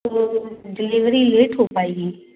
तो delivery late हो पाएगी